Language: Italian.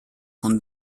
con